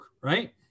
right